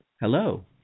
Hello